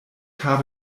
habe